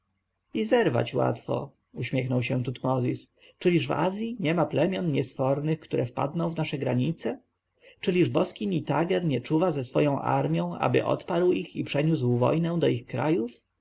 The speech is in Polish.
zerwać łatwo uśmiechnął się tutmozis czyliż w azji niema plemion niesfornych które wpadną w nasze granice czyliż boski nitager nie czuwa ze swoją armją aby odparł ich i przeniósł wojnę do ich krajów